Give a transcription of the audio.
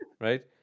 right